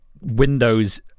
Windows